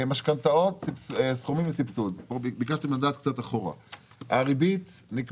משכנתאות, סכומים וסבסוד, ביקשתם לדעת קצת אחורה.